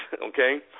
okay